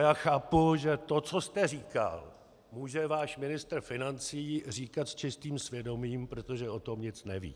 Já chápu, že to, co jste říkal, může váš ministr financí říkat s čistým svědomím, protože o tom nic neví.